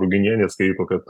ruginienė skaito kad